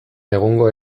egungo